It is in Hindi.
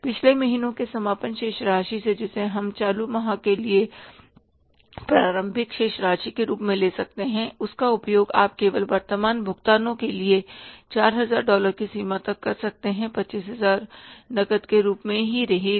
पिछले महीनों के समापन शेष राशि से जिसे हम चालू माह के लिए प्रारंभिक शेष राशि के रूप में ले सकते हैं उसका उपयोग आप केवल वर्तमान भुगतानों के लिए 4000 डॉलर की सीमा तक कर सकते हैं 25000 नकद के रूप में ही रहेगा